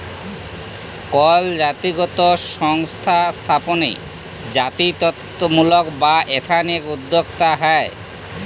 call জাতিগত সংস্থা স্থাপনে জাতিত্বমূলক বা এথনিক উদ্যক্তা হ্যয়